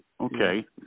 okay